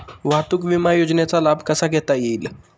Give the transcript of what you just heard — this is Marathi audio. वाहतूक विमा योजनेचा लाभ कसा घेता येईल?